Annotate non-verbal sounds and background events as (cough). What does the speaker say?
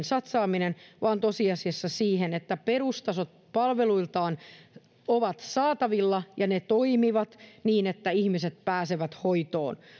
(unintelligible) satsaaminen investointiin vaan tosiasiassa siihen että perustason palvelut ovat saatavilla ja ne toimivat niin että ihmiset pääsevät hoitoon